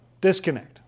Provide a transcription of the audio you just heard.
disconnect